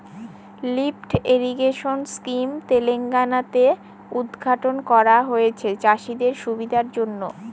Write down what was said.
lift irrigation scheme Telangana তে উদ্ঘাটন করা হয়েছে চাষীদের সুবিধার জন্য